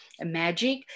magic